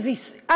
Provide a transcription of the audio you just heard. כי א.